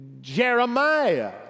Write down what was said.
Jeremiah